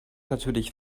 natürlich